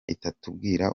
itatubwira